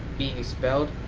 being expelled,